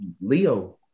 Leo